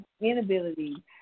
inability